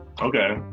Okay